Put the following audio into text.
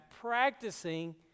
practicing